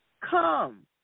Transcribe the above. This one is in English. come